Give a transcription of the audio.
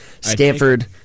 Stanford